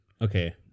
okay